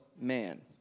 man